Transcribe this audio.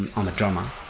i'm um a drummer,